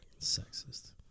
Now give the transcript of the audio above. Sexist